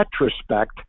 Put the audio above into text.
retrospect